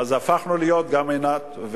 גם עינת.